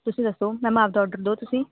ਤੁਸੀਂ ਦੱਸੋ ਮੈਮ ਆਪਣਾ ਔਡਰ ਦਿਓ ਤੁਸੀਂ